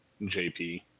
JP